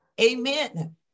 Amen